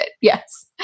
yes